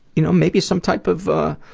you know, maybe some type of, ah,